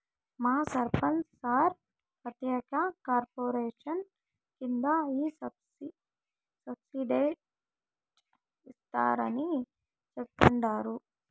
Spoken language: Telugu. మా సర్పంచ్ సార్ ప్రత్యేక కార్పొరేషన్ కింద ఈ సబ్సిడైజ్డ్ ఇస్తారని చెప్తండారు